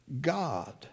God